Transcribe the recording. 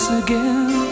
again